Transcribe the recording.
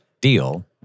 deal